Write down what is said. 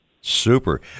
Super